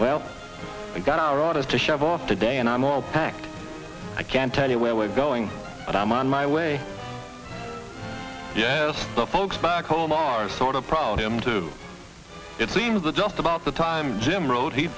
well we've got our orders to shove off today and i'm all packed i can tell you where we're going but i'm on my way yes the folks back home are sort of proud of him too it seems that just about the time jim wrote he